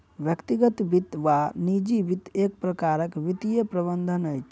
व्यक्तिगत वित्त वा निजी वित्त एक प्रकारक वित्तीय प्रबंधन अछि